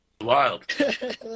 wild